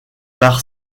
par